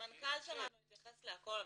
המנכ"ל שלנו התייחס להכל,